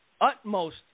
utmost